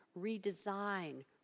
redesign